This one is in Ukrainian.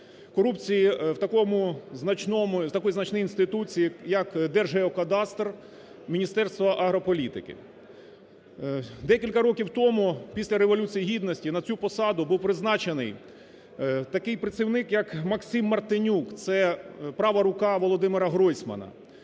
корупції в такій значній інституції, як Держгеокадастр Міністерства агрополітики. Декілька років тому, після Революції Гідності, на цю посаду був призначений такий працівник, як Максим Мартинюк, це права рука Володимира Гройсмана.